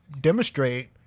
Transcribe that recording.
demonstrate